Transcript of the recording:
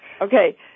Okay